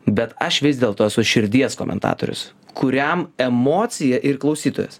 bet aš vis dėl to esu širdies komentatorius kuriam emocija ir klausytojas